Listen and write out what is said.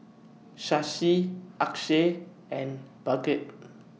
Shashi Akshay and Bhagat